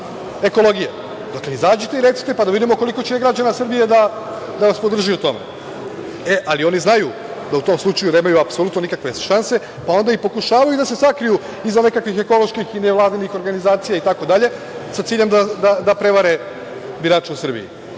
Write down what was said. ekologije. Dakle, izađite i recite, pa da vidimo koliko će građana Srbije da vas podrži u tome. Oni znaju da u tom slučaju nemaju apsolutno nikakve šanse, pa onda i ne pokušavaju da se sakriju iza nekakvih ekoloških i nevladinih organizacija itd, sa ciljem da prevare birače u Srbiji. Sada